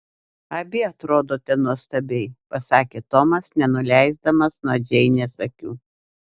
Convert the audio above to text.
abi atrodote nuostabiai pasakė tomas nenuleisdamas nuo džeinės akių